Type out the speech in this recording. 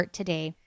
today